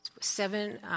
Seven